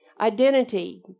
Identity